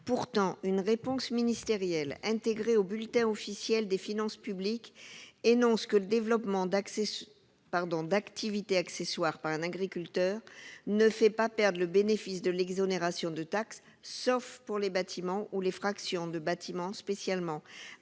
Pourtant, une réponse ministérielle intégrée au énonce que le développement d'activités accessoires par un agriculteur ne fait pas perdre le bénéfice de l'exonération de la taxe, sauf pour les bâtiments ou les fractions de bâtiment spécialement aménagés